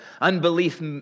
unbelief